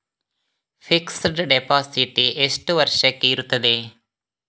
Fixed deposit ಎಷ್ಟು ವರ್ಷಕ್ಕೆ ಇರುತ್ತದೆ?